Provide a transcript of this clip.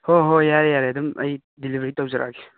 ꯍꯣꯍꯣꯏ ꯌꯥꯔꯦ ꯌꯥꯔꯦ ꯑꯗꯨꯝ ꯑꯩ ꯗꯤꯂꯤꯕꯔꯤ ꯇꯧꯖꯔꯛꯑꯒꯦ